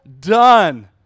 done